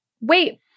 wait